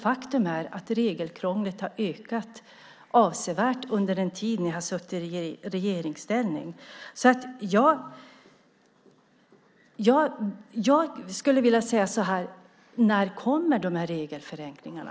Faktum är att regelkrånglet ökat avsevärt under den tid alliansen suttit i regeringsställning. Jag skulle vilja fråga: När kommer regelförenklingarna?